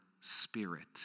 spirit